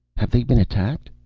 have they been attacked?